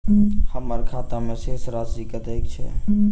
हम्मर खाता मे शेष राशि कतेक छैय?